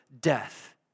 death